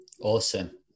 awesome